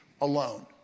alone